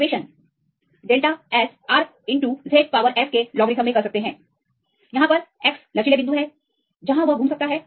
या आप इस समीकरण delta S R Z power x के लोगरिथम में कर सकते हैं जहाँ x कई लचीले बिंदु है जहाँ हम घूम सकते हैं